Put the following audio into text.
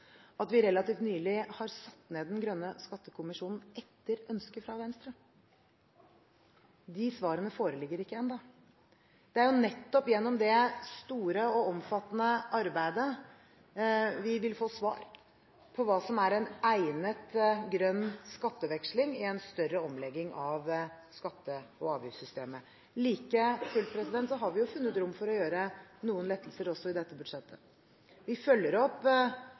at vi relativt nylig har satt ned den grønne skattekommisjonen etter ønske fra Venstre. De svarene foreligger ikke ennå. Det er nettopp gjennom det store og omfattende arbeidet vi vil få svar på hva som er en egnet grønn skatteveksling i en større omlegging av skatte- og avgiftssystemet. Like fullt har vi funnet rom for å gjøre noen lettelser også i dette budsjettet. Vi følger opp